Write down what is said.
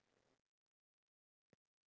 you already know